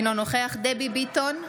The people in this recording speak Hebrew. אינו נוכח דבי ביטון,